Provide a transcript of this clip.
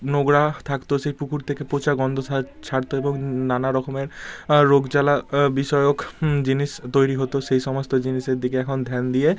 নোংরা থাকতো সেই পুকুর থেকে পচা গন্ধ সা ছাড়তো এবং নানা রকমের রোগ জ্বালা বিষয়ক জিনিস তৈরি হতো সেই সমস্ত জিনিসের দিকে এখন ধ্যান দিয়ে